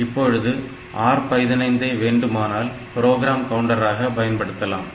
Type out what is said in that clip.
இப்பொழுது R 15 ஐ வேண்டுமானால் புரோகிராம் கவுண்டராக பயன்படுத்தலாம்